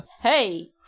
Hey